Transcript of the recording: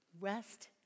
Rest